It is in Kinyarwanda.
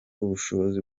ubushobozi